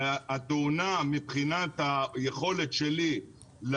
התאונה, מבחינת היכולת שלי להיות,